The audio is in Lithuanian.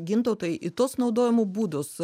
gintautai į tuos naudojimo būdus